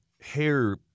hair